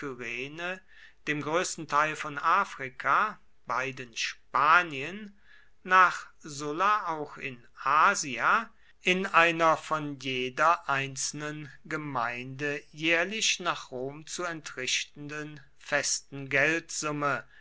dem größten teil von africa beiden spanien nach sulla auch in asia in einer von jeder einzelnen gemeinde jährlich nach rom zu entrichtenden festen geldsumme